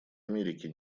америке